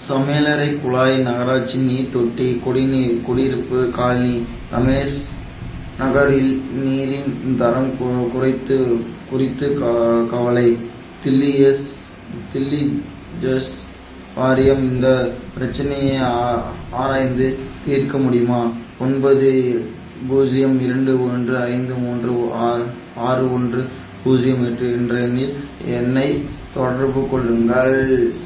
சமையலறை குழாய் நகராட்சி நீர் தொட்டி குடிநீர் குடியிருப்பு காலனி ரமேஷ் நகரில் நீரின் தரம் கு குறித்து குறித்து கா கவலை தில்லி எஸ் தில்லி ஜஸ் வாரியம் இந்த பிரச்சனையை ஆ ஆராய்ந்து தீர்க்க முடியுமா ஒன்பது பூஜ்ஜியம் இரண்டு ஒன்று ஐந்து மூன்று ஓ ஆறு ஒன்று பூஜ்ஜியம் எட்டு என்ற எண்ணில் என்னைத் தொடர்பு கொள்ளுங்கள்